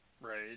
right